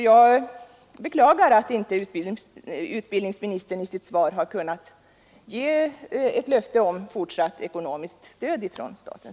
Jag beklagar att utbildningsministern i sitt svar inte har kunnat ge ett löfte om fortsatt ekonomiskt stöd från staten.